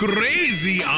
Crazy